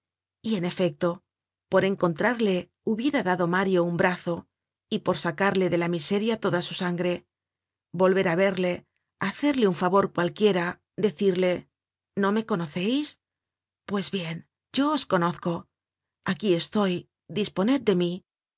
y en efecto por encontrarle hubiera dado mario un brazo y por sacarle de la miseria toda su sangre volver á verle hacerle un favor cualquiera decirle no me conoceis pues bien yo os conozco aquí estoy disponed de